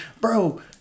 bro